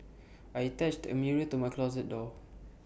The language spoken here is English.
I attached A mirror to my closet door